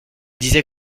disait